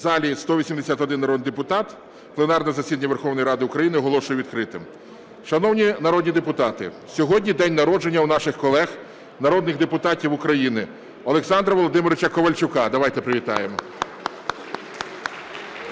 В залі 181 народний депутат. Пленарне засідання Верховної Ради України оголошую відкритим. Шановні народні депутати! Сьогодні день народження у наших колег народних депутатів України – Олександра Володимировича Ковальчука, давайте привітаємо, а